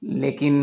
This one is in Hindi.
लेकिन